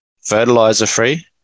fertilizer-free